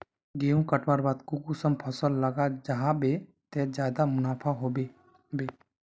गेंहू कटवार बाद कुंसम फसल लगा जाहा बे ते ज्यादा मुनाफा होबे बे?